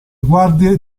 guardie